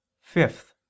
Fifth